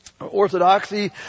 Orthodoxy